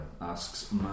Asks